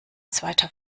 zweiter